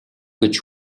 гэж